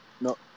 No